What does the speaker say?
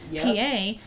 pa